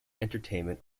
entertainment